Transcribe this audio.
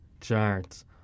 charts